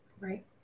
Right